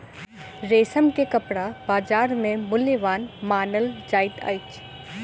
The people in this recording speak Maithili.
रेशम के कपड़ा बजार में मूल्यवान मानल जाइत अछि